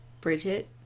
bridget